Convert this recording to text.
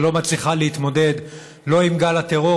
שלא מצליחה להתמודד לא עם גל הטרור